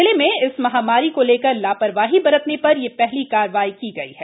जिले में इस महामारी को लेकर ला रवाही बरतने र यह हली कार्यवाई की गई है